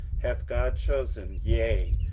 hath god chosen, yea,